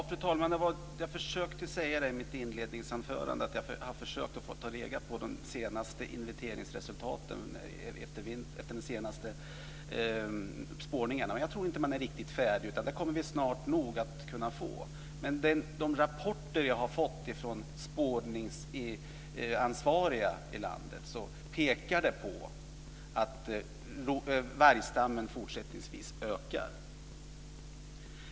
Fru talman! Jag försökte säga i mitt inledningsanförande att jag har försökt att ta reda på de senaste inventeringsresultaten efter den senaste spårningen. Jag tror inte att man är riktigt färdig. Men vi kommer snart nog att kunna få reda på det. De rapporter jag har fått från spårningsansvariga i landet pekar på att vargstammen fortsättningsvis ökar.